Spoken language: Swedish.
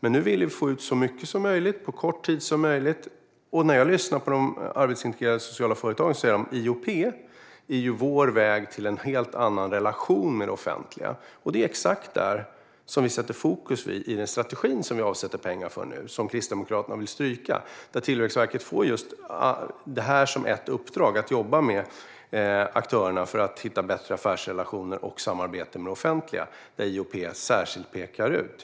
Vi vill ju få ut så mycket som möjligt på så kort tid som möjligt, och när jag lyssnar på de arbetsintegrerande sociala företagen säger de att IOP är deras väg till en helt annan relation med det offentliga. Det är exakt där vi lägger fokus i den strategi vi nu avsätter pengar för - och som Kristdemokraterna vill stryka. Tillväxtverket får just detta som ett uppdrag: att jobba med aktörerna för att hitta bättre affärsrelationer och samarbete med det offentliga, där IOP särskilt pekas ut.